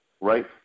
right